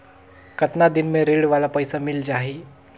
कतना दिन मे ऋण वाला पइसा मिल जाहि?